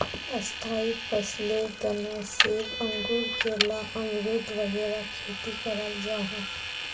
स्थाई फसलेर तने सेब, अंगूर, केला, अमरुद वगैरह खेती कराल जाहा